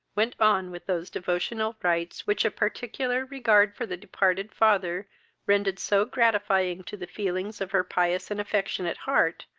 went on with those devotional rights which a particular regard for the departed father rendered so gratifying to the feelings of her pious and affectionate heart,